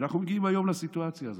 ואנחנו מגיעים היום לסיטואציה הזאת.